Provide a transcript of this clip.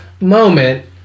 moment